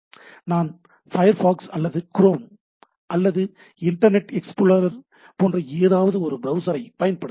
நான் ஃபையர்ஃபாஸ் அல்லது க்ரோம் அல்லது இன்டர்நெட் எக்ஸ்புளோரர் போன்ற ஏதாவது ஒரு பிரவுசரை பயன்படுத்துகிறேன்